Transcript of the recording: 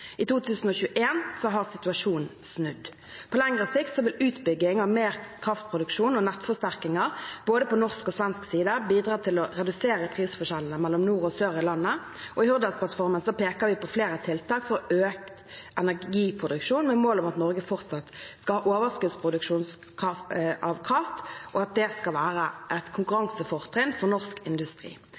I 2021 har situasjonen snudd. På lengre sikt vil utbygging av mer kraftproduksjon og nettforsterkninger, på både norsk og svensk side, bidra til å redusere prisforskjellene mellom nord og sør i landet. I Hurdalsplattformen peker vi på flere tiltak for økt energiproduksjon, med mål om at Norge fortsatt skal ha overskuddsproduksjon av kraft, og at det skal være et konkurransefortrinn for norsk industri.